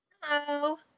Hello